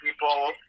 people